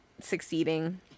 succeeding